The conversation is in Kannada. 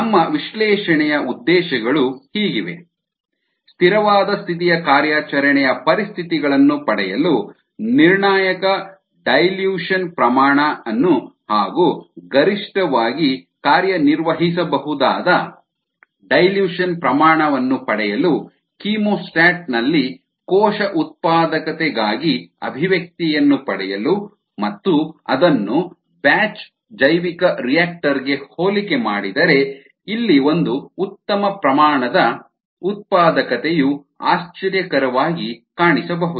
ನಮ್ಮ ವಿಶ್ಲೇಷಣೆಯ ಉದ್ದೇಶಗಳು ಹೀಗಿವೆ ಸ್ಥಿರವಾದ ಸ್ಥಿತಿಯ ಕಾರ್ಯಾಚರಣೆಯ ಪರಿಸ್ಥಿತಿಗಳನ್ನು ಪಡೆಯಲು ನಿರ್ಣಾಯಕ ಡೈಲ್ಯೂಷನ್ ಸಾರಗುಂದಿಸುವಿಕೆ ಪ್ರಮಾಣ ಅನ್ನು ಹಾಗು ಗರಿಷ್ಠವಾಗಿ ಕಾರ್ಯನಿರ್ವಹಿಸಬಹುದಾದ ಡೈಲ್ಯೂಷನ್ ಸಾರಗುಂದಿಸುವಿಕೆ ಪ್ರಮಾಣ ಅನ್ನು ಪಡೆಯಲು ಕೀಮೋಸ್ಟಾಟ್ ನಲ್ಲಿ ಕೋಶ ಉತ್ಪಾದಕತೆಗಾಗಿ ಅಭಿವ್ಯಕ್ತಿಯನ್ನು ಪಡೆಯಲು ಮತ್ತು ಅದನ್ನು ಬ್ಯಾಚ್ ಜೈವಿಕರಿಯಾಕ್ಟರ್ ಗೆ ಹೋಲಿಕೆ ಮಾಡಿದರೆ ಇಲ್ಲಿ ಒಂದು ಉತ್ತಮ ಪ್ರಮಾಣದ ಉತ್ಪಾದಕತೆಯು ಆಶ್ಚರ್ಯಕರವಾಗಿ ಕಾಣಿಸಬಹುದು